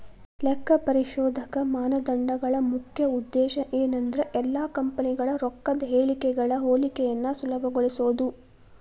ಲೆಕ್ಕಪರಿಶೋಧಕ ಮಾನದಂಡಗಳ ಮುಖ್ಯ ಉದ್ದೇಶ ಏನಂದ್ರ ಎಲ್ಲಾ ಕಂಪನಿಗಳ ರೊಕ್ಕದ್ ಹೇಳಿಕೆಗಳ ಹೋಲಿಕೆಯನ್ನ ಸುಲಭಗೊಳಿಸೊದು